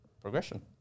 progression